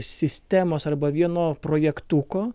sistemos arba vieno projektuko